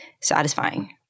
satisfying